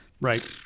Right